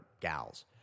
gals